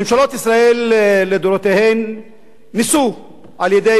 ממשלות ישראל לדורותיהן ניסו על-ידי